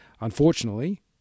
Unfortunately